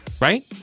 Right